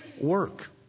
work